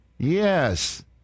Yes